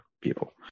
people